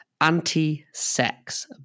anti-sex